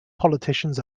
politicians